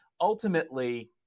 Ultimately